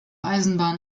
eisenbahn